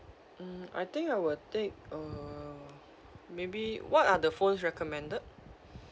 hmm I think I will take uh maybe what are the phones recommended